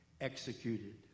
executed